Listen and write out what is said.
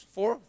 Four